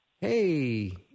hey